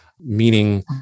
Meaning